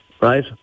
Right